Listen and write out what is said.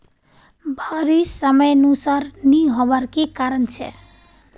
बारिश समयानुसार नी होबार की कारण छे?